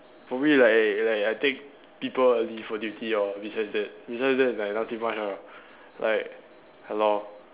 probably like like I take people early for duty lor besides that besides that like nothing much ah like ya lor